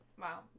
Wow